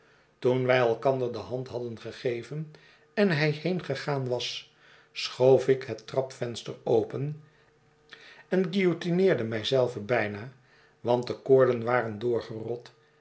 toen wij elkander de hand haddeh gegeven en hij heengegaan was schoof ik het trapvenster open en guillotineerde mij zelven bijna want de koorden waren doorgerot